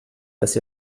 dass